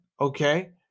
Okay